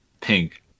pink